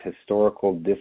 historical